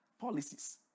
policies